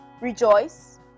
rejoice